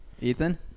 ethan